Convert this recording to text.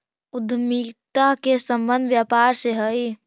उद्यमिता के संबंध व्यापार से हई